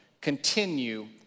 continue